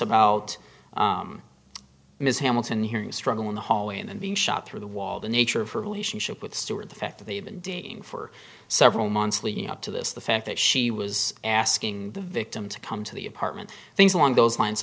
about ms hamilton hearing struggle in the hallway and being shot through the wall the nature of her relationship with stewart the fact that they had been dating for several months leading up to this the fact that she was asking the victim to come to the apartment things along those lines